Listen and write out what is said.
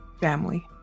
family